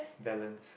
balance